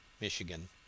Michigan